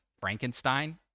Frankenstein